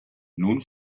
nun